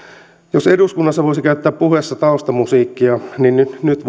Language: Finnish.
jos eduskunnassa voisi käyttää puheessa taustamusiikkia nyt nyt